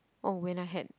oh when I had